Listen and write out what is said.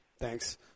thanks